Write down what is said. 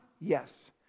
Yes